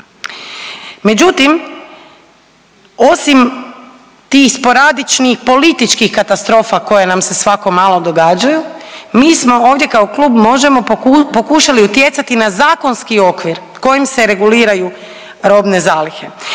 Međutim, osim tih sporadičnih političkih katastrofa koje nam se svako malo događaju, mi smo ovdje kao klub Možemo pokušali utjecati na zakonski okvir kojim se reguliraju robne zalihe